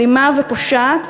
אלימה ופושעת,